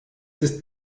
ist